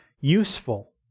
useful